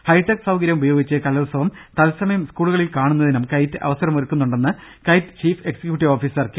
hi tech സൌകരൃം ഉപയോഗിച്ച് കലോത്സവം തത്സമയം സ്കൂളുകളിൽ കാണുന്നതിനും കൈറ്റ് അവസരമൊരുക്കുന്നുണ്ടെന്ന് KITE chief executive officer K